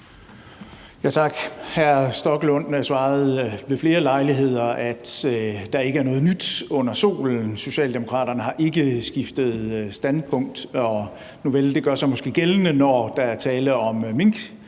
Tak. Hr. Rasmus Stoklund svarede ved flere lejligheder, at der ikke er noget nyt under solen, og at Socialdemokraterne ikke har skiftet standpunkt. Det gør sig måske gældende, når der er tale om